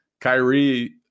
Kyrie